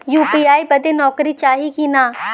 UPI बदे नौकरी चाही की ना?